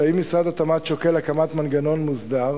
האם משרד התמ"ת שוקל הקמת מנגנון מסודר